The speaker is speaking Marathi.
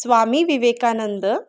स्वामी विवेकानंद